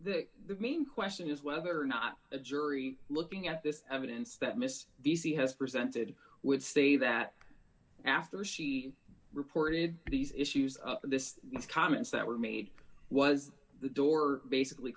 that the main question is whether or not the jury looking at this evidence that miss d c has presented would say that after she reported these issues this is comments that were made was the door basically